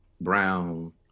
brown